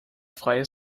freie